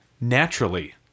naturally